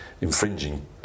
infringing